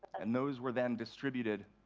and those were then distributed